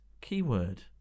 keyword